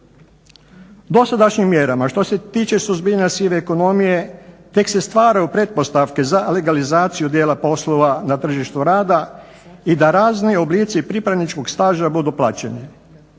Dosadašnjim mjerama, što se tiče suzbijanja sive ekonomije tek se stvaraju pretpostavke za legalizaciju djela poslova na tržištu rada i da razni oblici pripravničkog staža budu plaćeni.